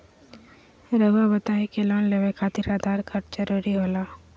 रौआ बताई की लोन लेवे खातिर आधार कार्ड जरूरी होला?